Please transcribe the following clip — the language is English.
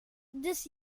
this